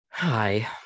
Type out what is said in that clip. Hi